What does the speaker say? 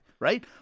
Right